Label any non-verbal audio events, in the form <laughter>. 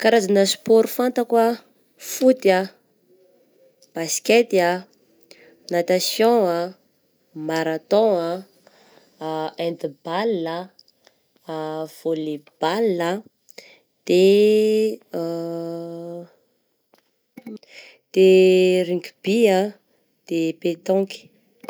Karazagna sport fantako ah: foot ah, basikety ah, natation ah, marathon ah, <hesitation> handball, voley ball ah, de <hesitation> ino, de rugby ah de petanque.